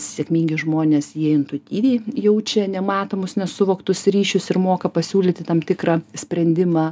sėkmingi žmonės jie intuityviai jaučia nematomus nesuvoktus ryšius ir moka pasiūlyti tam tikrą sprendimą